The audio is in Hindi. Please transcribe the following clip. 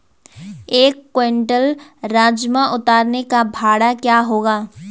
एक क्विंटल राजमा उतारने का भाड़ा क्या होगा?